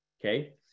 okay